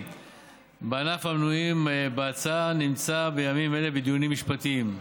בענפים המנויים בהצעה נמצא בימים אלה בדיונים משפטיים.